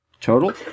Total